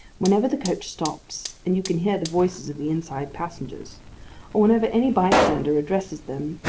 whenever the coach stops, and you can hear the voices of the inside passengers or whenever any bystander addresses them,